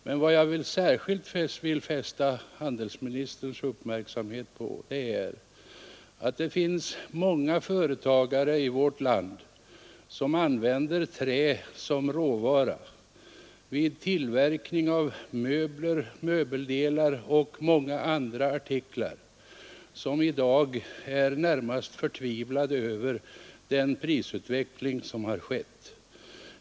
Men vad jag särskilt nu vill fästa handelsministerns uppmärksamhet på är att många företag i vårt land använder trä som råvara vid tillverkning av möbler, möbeldelar och många andra artiklar, och de företagen är i dag närmast förtvivlade över den prisutveckling vi har haft.